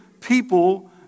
people